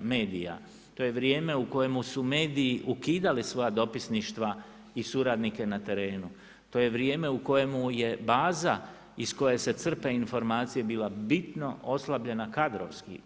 medija, to je vrijeme u kojemu su mediji ukidali svoja dopisništva i suradnike na terenu, to je vrijeme u kojemu je baza iz koje se crpe informacije bila bitno oslabljena kadrovski.